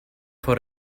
for